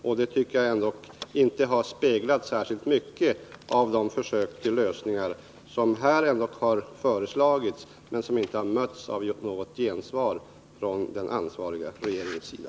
Jag tycker inte att det i samband med de försök till lösningar som här har föreslagits har återspeglats särskilt mycket av ett sådant ansvarstagande från regeringens sida.